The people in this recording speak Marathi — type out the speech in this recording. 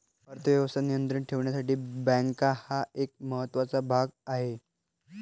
अर्थ व्यवस्था नियंत्रणात ठेवण्यासाठी बँका हा एक महत्त्वाचा भाग आहे